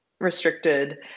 restricted